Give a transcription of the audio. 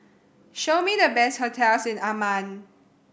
show me the best hotels in Amman